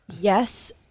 Yes